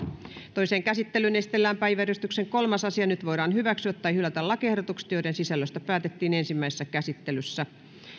toiseen käsittelyyn esitellään päiväjärjestyksen kolmas asia nyt voidaan hyväksyä tai hylätä lakiehdotukset joiden sisällöstä päätettiin ensimmäisessä käsittelyssä